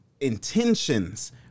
intentions